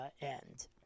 end